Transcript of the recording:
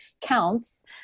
counts